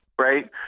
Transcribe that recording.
right